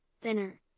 thinner